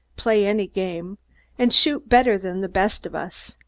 play any game and shoot better than the best of us,